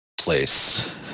place